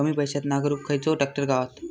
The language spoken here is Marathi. कमी पैशात नांगरुक खयचो ट्रॅक्टर गावात?